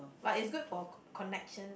but it's good for co~ connection